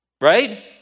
Right